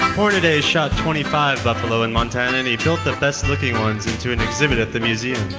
hornaday shot twenty five buffalo in montana and he built the best looking ones into an exhibit at the museum.